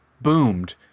boomed